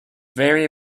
very